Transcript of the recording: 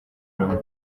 rumwe